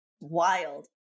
Wild